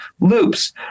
loops